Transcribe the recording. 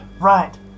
Right